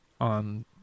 on